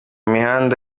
mihanda